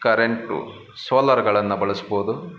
current ಸೋಲಾರ್ಗಳನ್ನು ಬಳಸ್ಬೋದು